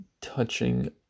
touching